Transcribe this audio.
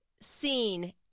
seen